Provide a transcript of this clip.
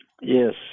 Yes